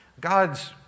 God's